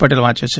પટેલ વાંચે છે